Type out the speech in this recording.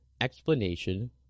explanation